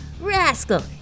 Rascal